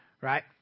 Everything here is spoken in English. right